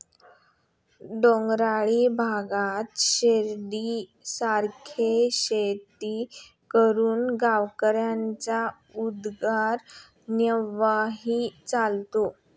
डोंगराळ भागात शिडीसारखी शेती करून गावकऱ्यांचा उदरनिर्वाह चालतो